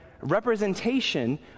representation